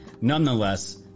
nonetheless